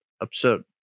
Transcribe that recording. absurd